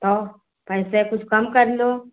तौ पैसे कुछ कम कर लो